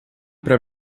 para